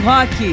Rock